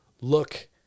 look